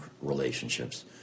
relationships